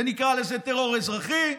נקרא לזה טרור אזרחי,